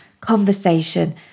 conversation